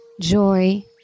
joy